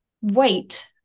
wait